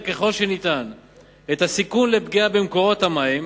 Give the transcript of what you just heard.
ככל שניתן את הסיכון של פגיעה במקורות המים,